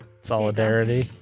solidarity